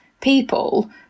people